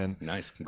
nice